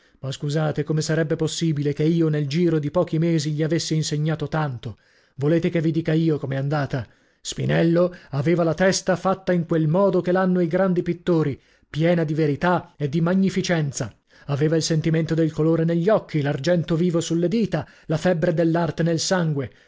ma scusate come sarebbe possibile che io nel giro di pochi mesi gli avessi insegnato tanto volete che vi dica io com'è andata spinello aveva la testa fatta in quel modo che l'hanno i grandi pittori piena di verità e di magnificenza aveva il sentimento del colore negli occhi l'argento vivo sulle dita la febbre dell'arte nel sangue